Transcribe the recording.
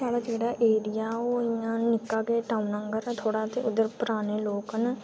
साढ़ा जेह्ड़ा ेेेेेेेेेेेेेेेेेएरिया ओह् इयां गै निक्का गै टाउन ऐ पर थोह्ड़ा ते उद्धर पराने लोक न